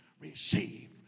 receive